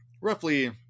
roughly